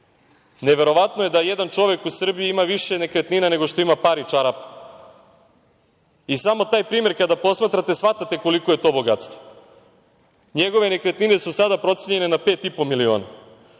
Neverovatno je da jedan čovek u Srbiji ima više nekretnina nego što ima pari čarapa. Samo taj primer kada posmatrate shvatate koliko je to bogatstvo. Njegove nekretnine su sada procenjene na 5,5 miliona,